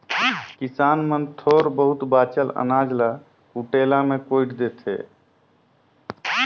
किसान मन थोर बहुत बाचल अनाज ल कुटेला मे कुइट देथे